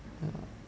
ya